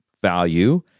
value